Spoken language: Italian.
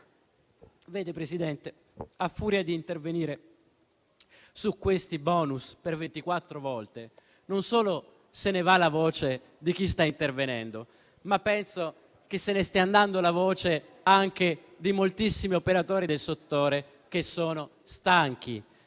Signor Presidente, a furia di intervenire su questi *bonus* per 24 volte, non solo se ne va la voce di chi sta intervenendo, ma penso che se ne stia andando anche la voce di moltissimi operatori del settore che sono stanchi